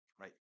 right